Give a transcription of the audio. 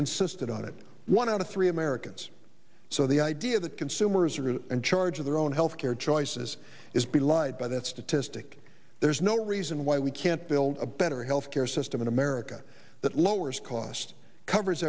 insisted on it one out of three americans so the idea that consumers are in charge of their own health care choices is be lied by that statistic there's no reason why we can't build a better health care system in america that lowers costs covers